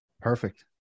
perfect